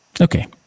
okay